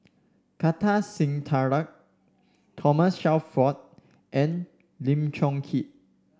Kartar Singh Thakral Thomas Shelford and Lim Chong Keat